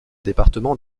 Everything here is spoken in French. département